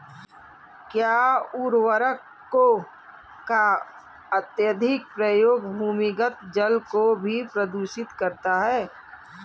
क्या उर्वरकों का अत्यधिक प्रयोग भूमिगत जल को भी प्रदूषित करता है?